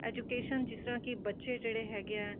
education ਜਿਸ ਤਰ੍ਹਾਂ ਕਿ ਬੱਚੇ ਜਿਹੜੇ ਹੈਗੇ ਆ